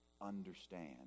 understand